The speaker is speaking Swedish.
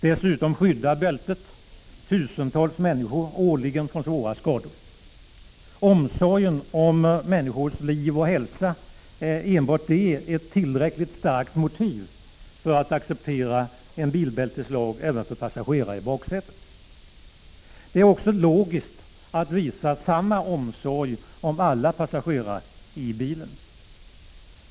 Dessutom skyddar bältet tusentals människor årligen från svåra skador. Omsorgen om människors liv och hälsa är ett tillräckligt starkt motiv för att vi skall acceptera en bilbälteslag även för passagerare i baksätet. Det är också logiskt att visa samma omsorg om alla passagerare i bilen.